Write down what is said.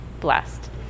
blessed